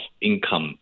income